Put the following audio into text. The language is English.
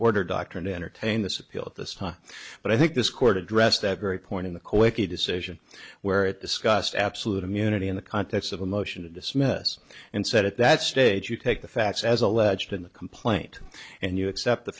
order doctrine to entertain this appeal at this time but i think this court addressed that very point in the quickie decision where it discussed absolute immunity in the context of a motion to dismiss and said at that stage you take the facts as alleged in the complaint and you accept the